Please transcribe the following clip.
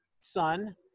Son